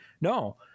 No